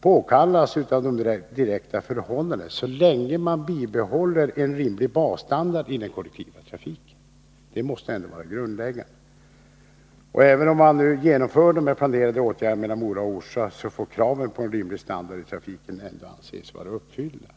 påkallas av de direkta förhållandena, så länge man bibehåller en rimlig basstandard i den kollektiva trafiken. Det måste vara grundläggande. Även om man genomför de planerade åtgärderna mellan Mora och Orsa får kraven på en rimlig standard i trafiken anses vara uppfyllda.